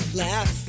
laugh